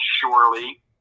surely